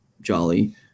Jolly